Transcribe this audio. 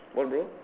what bro